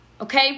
Okay